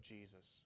Jesus